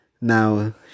now